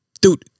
Dude